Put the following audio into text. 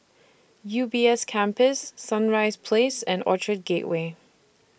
U B S Campus Sunrise Place and Orchard Gateway